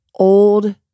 old